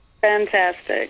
Fantastic